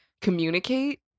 communicate